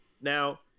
now